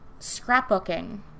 scrapbooking